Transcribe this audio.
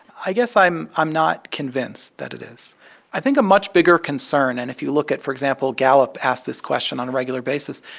i guess i'm i'm not convinced that it is i think a much bigger concern and if you look at for example, gallup asks this question on a regular basis